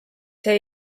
see